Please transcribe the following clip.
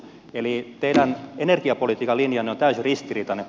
eli teidän energiapolitiikan linjanne on täysin ristiriitainen